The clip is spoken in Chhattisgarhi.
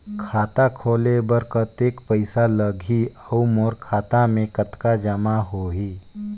खाता खोले बर कतेक पइसा लगही? अउ मोर खाता मे कतका जमा होही?